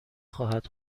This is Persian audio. خواهد